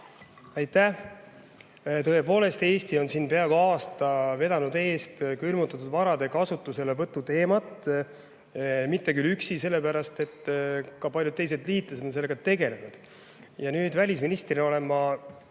Aitäh! Tõepoolest, Eesti on siin peaaegu aasta vedanud eest külmutatud varade kasutuselevõtu teemat. Mitte küll üksi, sellepärast et ka paljud teised liitlased on sellega tegelenud. Nüüd välisministrina olen